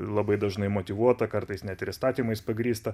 labai dažnai motyvuotą kartais net ir įstatymais pagrįstą